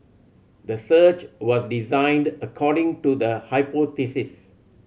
the search was designed according to the hypothesis